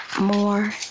more